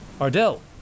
Ardell